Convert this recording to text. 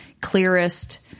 clearest